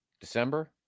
December